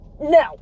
no